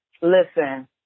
Listen